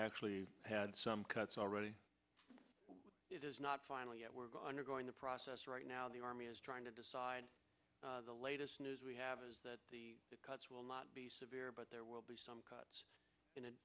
actually had some cuts already it is not final yet we're going to undergoing the process right now the army is trying to decide the latest news we have is that the cuts will not be severe but there will be some cuts in